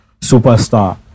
superstar